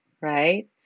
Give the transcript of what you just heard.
Right